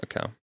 Okay